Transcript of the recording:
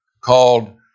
called